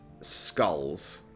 skulls